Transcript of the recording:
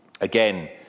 Again